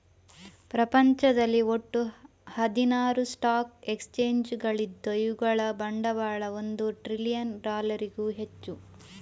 ಪ್ರಪಂಚದಲ್ಲಿ ಒಟ್ಟು ಹದಿನಾರು ಸ್ಟಾಕ್ ಎಕ್ಸ್ಚೇಂಜುಗಳಿದ್ದು ಇವುಗಳ ಬಂಡವಾಳ ಒಂದು ಟ್ರಿಲಿಯನ್ ಡಾಲರಿಗೂ ಹೆಚ್ಚು